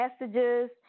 messages